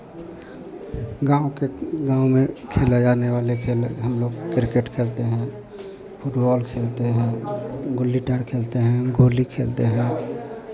गाँव के गाँव में खेला जाने वाले खेल हम लोग क्रिकेट खेलते हैं फ़ुटबॉल खेलते हैं गुल्ली डार खेलते हैं गोली खेलते हैं